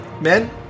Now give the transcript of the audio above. Men